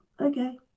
okay